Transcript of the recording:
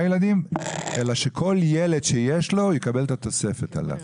ילדים אלא שכל ילד שיש לו יקבל את התוספת עליו.